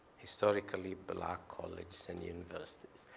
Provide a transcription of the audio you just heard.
historically black colleges and universities.